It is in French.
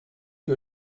que